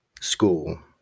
school